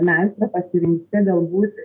meistro pasirinkti galbūt